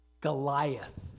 Goliath